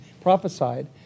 prophesied